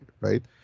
right